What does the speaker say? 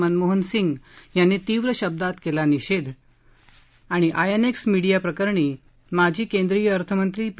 मनमोहन सिंग यांनी तीव्र शब्दांत केला निषेध आयएनएक्स मिडीआ प्रकरणी माजी केंद्रीय अर्थमंत्री पी